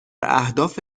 اهداف